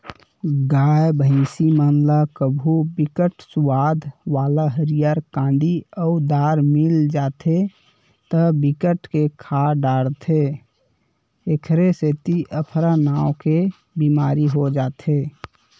गाय, भइसी मन ल कभू बिकट सुवाद वाला हरियर कांदी अउ दार मिल जाथे त बिकट के खा डारथे एखरे सेती अफरा नांव के बेमारी हो जाथे